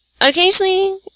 Occasionally